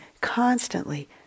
constantly